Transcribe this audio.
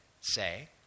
say